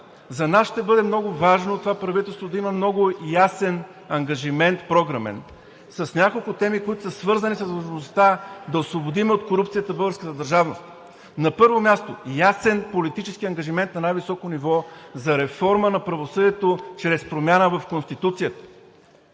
За нас ще бъде много важно това правителство да има много ясен програмен ангажимент с няколко теми, които са свързани с възможността да освободим от корупцията българската държавност. На първо място, ясен политически ангажимент на най-високо ниво за реформа на правосъдието чрез промяна в Конституцията.